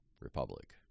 republic